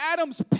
Adam's